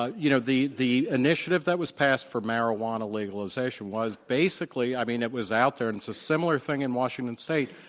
ah you know, the the initiative that was passed for marijuana legalization was basically, i mean, it was out there, and it's a similar thing in washington state,